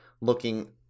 looking